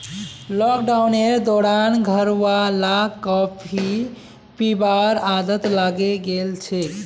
लॉकडाउनेर दौरान घरवालाक कॉफी पीबार आदत लागे गेल छेक